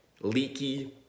leaky